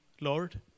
Lord